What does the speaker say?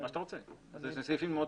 הם סעיפים טכניים.